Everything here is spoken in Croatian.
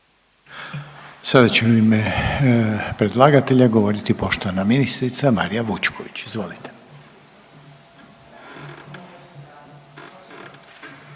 Sada će u ime predlagatelja govoriti poštovana ministrica Marija Vučković. Izvolite.